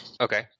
Okay